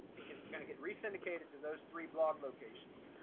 it gets gonna get re syndicated to those three blog locations.